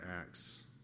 acts